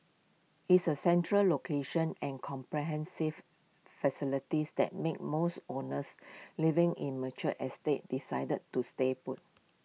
is the central location and comprehensive facilities that make most owners living in mature estates decide to stay put